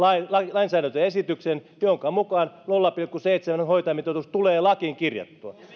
lainsäädäntöesityksen jonka mukaan nolla pilkku seitsemän hoitajamitoitus tulee lakiin kirjattua